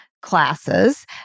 Classes